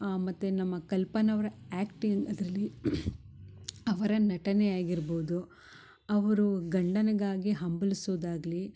ಮತ್ತು ನಮ್ಮ ಕಲ್ಪನ ಅವರ ಆ್ಯಕ್ಟಿಂಗ್ ಅದ್ರಲ್ಲಿ ಅವರ ನಟನೆ ಆಗಿರ್ಬೌದು ಅವರು ಗಂಡನ್ಗಾಗಿ ಹಂಬಲ್ಸೋದಾಗಲಿ